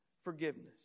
forgiveness